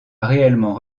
réellement